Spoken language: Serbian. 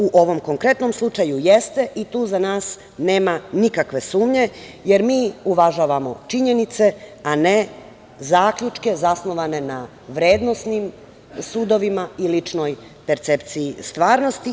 U ovom konkretnom slučaju jeste i tu za nas nema nikakve sumnje, jer mi uvažavamo činjenice, a ne zaključke zasnovane na vrednosnim sudovima i ličnoj percepciji stvarnosti.